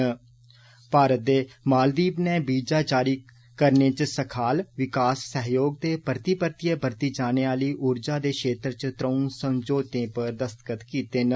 ऽ भारत ते मालदीव्ज नै वीजा जारी करने च सखाल विकास सहयोग ते परती परतिए बरती जाई सकने आली उर्जा दे क्षेत्र च त्रौं समझौतें पर दस्तख्त कीते न